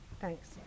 Thanks